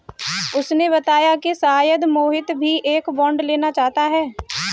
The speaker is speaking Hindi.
उसने बताया कि शायद मोहित भी एक बॉन्ड लेना चाहता है